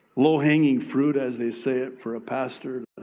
low hanging fruit as they say it for a pastor.